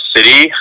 City